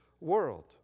world